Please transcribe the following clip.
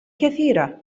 كثيرة